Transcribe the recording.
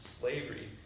slavery